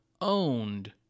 owned